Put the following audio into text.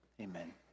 Amen